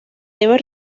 deben